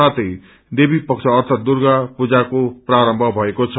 साथे देवी पक्ष अर्थात दुर्गा पूजाको प्रारम्म भएको छ